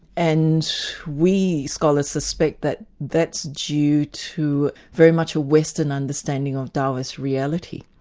and we scholars suspect that that's due to very much a western understanding of daoist reality.